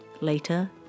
Later